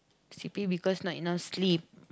sleepy because not enough sleep